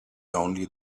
only